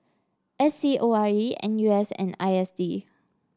S C O R E N U S and I S D